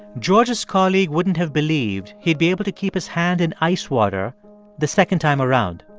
george's colleague wouldn't have believed he'd be able to keep his hand in ice water the second time around.